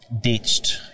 ditched